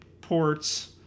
ports